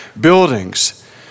buildings